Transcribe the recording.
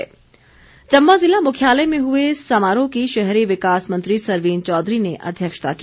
चम्बा समारोह चम्बा ज़िला मुख्यालय में हुए समारोह की शहरी विकास मंत्री सरवीण चौधरी ने अध्यक्षता की